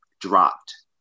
dropped